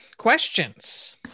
Questions